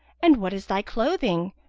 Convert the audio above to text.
and what is thy clothing?